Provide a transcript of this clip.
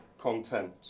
content